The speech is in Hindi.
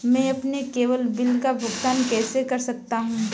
मैं अपने केवल बिल का भुगतान कैसे कर सकता हूँ?